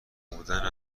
بودن